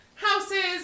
Houses